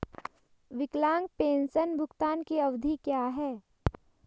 विकलांग पेंशन भुगतान की अवधि क्या है?